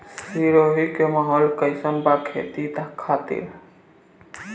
सिरोही के माहौल कईसन बा खेती खातिर?